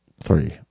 Three